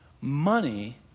Money